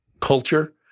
culture